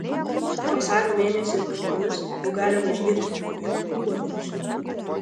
vasario mėnesį naktimis jau galima išgirsti jų ūbavimus